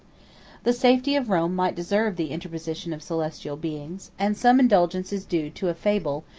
the safety of rome might deserve the interposition of celestial beings and some indulgence is due to a fable,